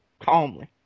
calmly